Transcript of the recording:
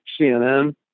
CNN